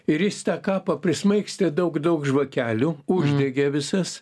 ir jis tą kapą prismaigstė daug daug žvakelių uždegė visas